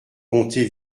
conté